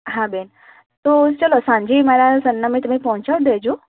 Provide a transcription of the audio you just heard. હા બેન તો ચાલો સાંજે મારા સરનામે તમે પહોંચાડી દેજો